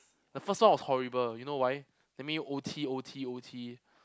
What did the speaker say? the first one was horrible you know why they make me O_T O_T O_T